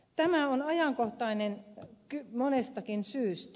tämä on ajankohtainen monestakin syystä